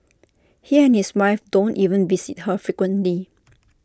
he and his wife don't even visit her frequently